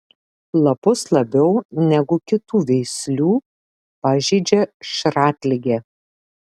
lapus labiau negu kitų veislių pažeidžia šratligė